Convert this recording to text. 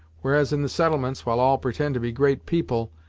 whereas in the settlements while all pretend to be great people,